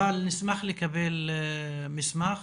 אבל נשמח לקבל מסמך